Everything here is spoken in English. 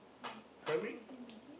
why got problem is it